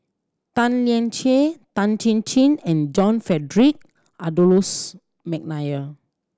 Tan Lian Chye Tan Chin Chin and John Frederick Adolphus McNair